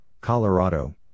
Colorado